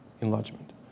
enlargement